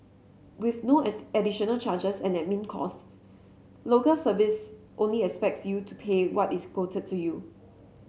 with no at additional charges and admin costs local service only expects you to pay what is quoted to you